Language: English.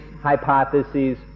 hypotheses